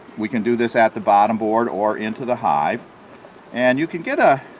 we can do this at the bottom board or into the hive and you can get ah